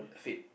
fate